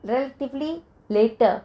relatively later